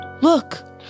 Look